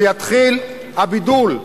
כשיתחיל הבידול,